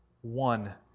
One